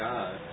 God